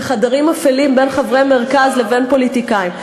בחדרים אפלים בין חברי מרכז לבין פוליטיקאים.